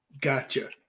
Gotcha